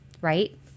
right